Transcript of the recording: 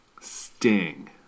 Sting